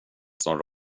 som